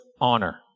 honor